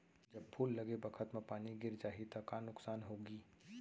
जब फूल लगे बखत म पानी गिर जाही त का नुकसान होगी?